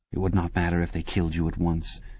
it would not matter if they killed you at once.